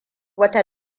wata